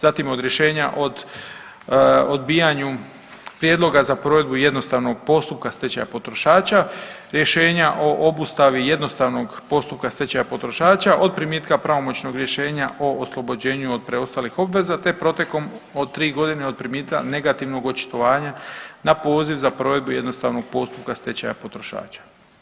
Zatim od rješenja od odbijanju prijedloga za provedbu jednostavnog postupka stečaja potrošača, rješenja o obustavi jednostavnog postupka stečaja potrošača od primitka pravomoćnog rješenja o oslobođenju od preostalih obveza te protekom od tri godine od primitka negativnog očitovanja na poziv za provedbu jednostavnog postupka stečaja potrošača.